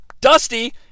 Dusty